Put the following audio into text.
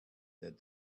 that